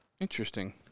interesting